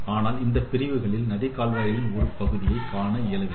ஆனால் இந்த பிரிவுகளில் நதி கால்வாயின் ஒரு பகுதி காணவில்லை